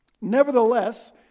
Nevertheless